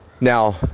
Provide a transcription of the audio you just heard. Now